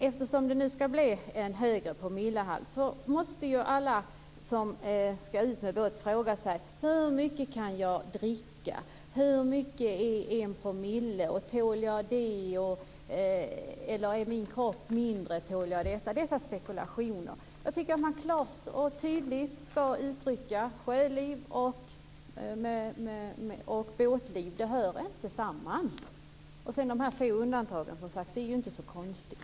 Eftersom det nu skall bli en högre promillehalt måste alla som skall ut med båt fråga sig hur mycket de kan dricka, hur mycket en promille är, hur mycket de tål med hänsyn till kroppsstorlek osv. Det blir sådana spekulationer. Jag tycker att man klart och tydligt skall uttrycka att sjöliv och båtliv inte hör samman med alkohol. Det är inte så konstigt.